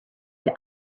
only